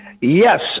Yes